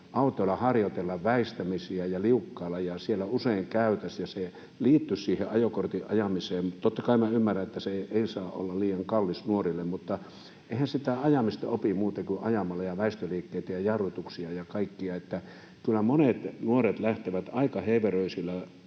autoilla harjoitella väistämisiä ja liukkaalla ajoa, missä usein käytäisiin, ja se liittyisi siihen ajokortin ajamiseen. Totta kai minä ymmärrän, että se ei saa olla liian kallis nuorille, mutta eihän sitä ajamista opi muuten kuin ajamalla ja väistöliikkeitä ja jarrutuksia ja kaikkea. Kyllä monet nuoret lähtevät aika heiveröisillä